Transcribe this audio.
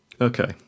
Okay